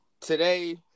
Today